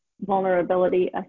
vulnerability